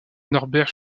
norbert